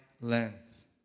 lens